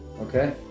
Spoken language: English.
Okay